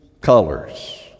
colors